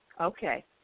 Okay